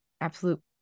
absolute